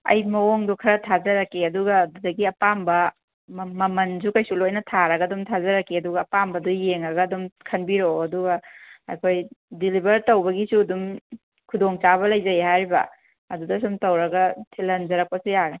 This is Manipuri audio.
ꯑꯩ ꯃꯑꯣꯡꯗꯨ ꯈꯔ ꯊꯥꯖꯔꯛꯀꯦ ꯑꯗꯨꯒ ꯑꯗꯨꯗꯒꯤ ꯑꯄꯥꯝꯕ ꯃꯃꯜꯁꯨ ꯀꯩꯁꯨ ꯂꯣꯏꯅ ꯊꯥꯔꯒ ꯑꯗꯨꯝ ꯊꯥꯖꯔꯛꯀꯦ ꯑꯗꯨꯒ ꯑꯄꯥꯝꯕꯗꯨ ꯌꯦꯡꯉꯒ ꯑꯗꯨꯝ ꯈꯟꯕꯤꯔꯛꯑꯣ ꯑꯗꯨꯒ ꯑꯩꯈꯣꯏ ꯗꯤꯂꯤꯕꯔ ꯇꯧꯕꯒꯤꯁꯨ ꯑꯗꯨꯝ ꯈꯨꯗꯣꯡ ꯆꯥꯕ ꯂꯩꯖꯩ ꯍꯥꯏꯔꯤꯕ ꯑꯗꯨꯗ ꯁꯨꯝ ꯇꯧꯔꯒ ꯊꯤꯜꯍꯟꯖꯔꯛꯄꯁꯨ ꯌꯥꯒꯅꯤ